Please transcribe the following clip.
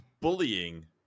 bullying